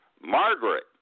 Margaret